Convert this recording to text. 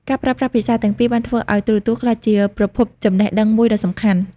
ការប្រើប្រាស់ភាសាទាំងពីរបានធ្វើឱ្យទូរទស្សន៍ក្លាយជាប្រភពចំណេះដឹងមួយដ៏សំខាន់។